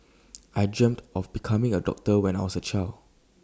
I dreamt of becoming A doctor when I was A child